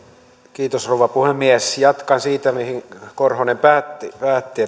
viljelijöille rouva puhemies jatkan siitä mihin korhonen päätti päätti